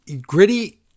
Gritty